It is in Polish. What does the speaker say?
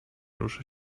ruszę